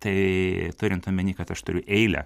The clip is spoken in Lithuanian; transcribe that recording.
tai turint omeny kad aš turiu eilę